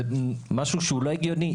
זה לא הגיוני,